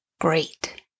great